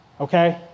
Okay